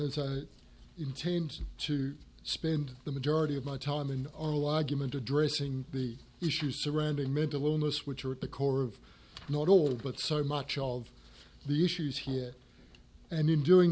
as i intend to spend the majority of my time in our lives given to addressing the issues surrounding mental illness which are at the core of not all but so much of the issues here and in doing